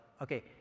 Okay